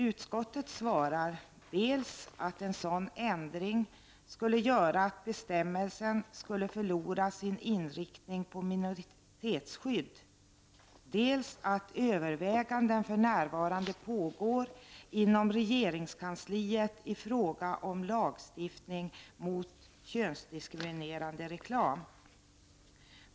Utskottet svarar dels att en sådan ändring skulle göra att bestämmelsen skulle förlora sin inriktning på minoritetsskydd, dels att överväganden för närvarande pågår inom regeringskansliet i fråga om lagstiftning mot könsdiskriminerande reklam.